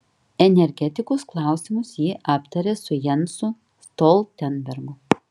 energetikos klausimus ji aptarė su jensu stoltenbergu